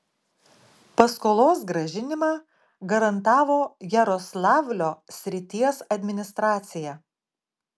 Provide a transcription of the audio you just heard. paskolos grąžinimą garantavo jaroslavlio srities administracija